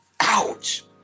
ouch